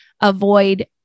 avoid